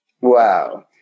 Wow